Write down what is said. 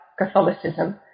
Catholicism